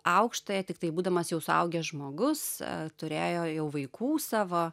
aukštąją tiktai būdamas jau suaugęs žmogus turėjo jau vaikų savo